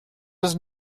was